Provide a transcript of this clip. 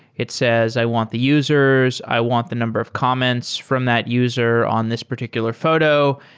it says i want the users. i want the number of comments from that user on this particular photo,